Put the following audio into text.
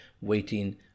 waiting